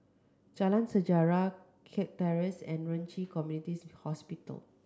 Jalan Sejarah Kirk Terrace and Ren Ci Community Hospital